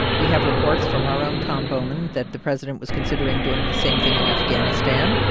we have reports from our own tom bowman that the president was considering doing the same thing in afghanistan.